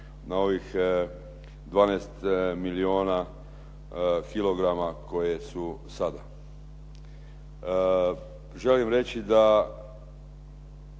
na ovih 12 milijuna kilograma koje su sada. Želim reći da